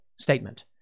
statement